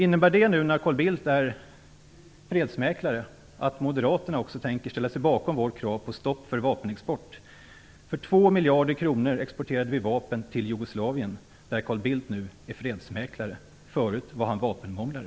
Innebär det nu när Carl Bildt är fredsmäklare att Moderaterna också tänker ställa sig bakom vårt krav på stopp för vapenexport? För 2 miljarder kronor har vi exporterat vapen till Jugoslavien, där Carl Bildt nu är fredsmäklare. Förut var han vapenmånglare.